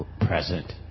present